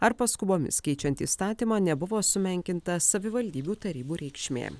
ar paskubomis keičiant įstatymą nebuvo sumenkinta savivaldybių tarybų reikšmė